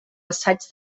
assaigs